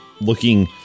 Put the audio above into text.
looking